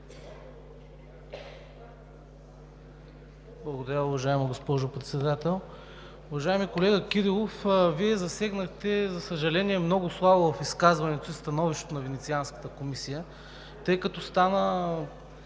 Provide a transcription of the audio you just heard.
Благодаря, уважаема госпожо Председател. Уважаеми колега Кирилов, Вие засегнахте, за съжаление, много слабо в изказването си становището на Венецианската комисия, тъй като стана